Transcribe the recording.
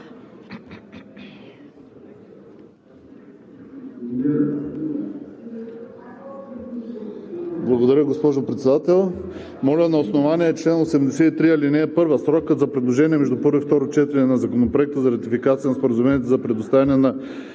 Благодаря, госпожо Председател. Моля на основание чл. 83, ал. 1 срокът за предложение между първо и второ четене на Законопроект за ратифициране на Споразумението за предоставяне на